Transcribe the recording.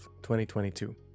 2022